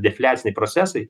defliaciniai procesai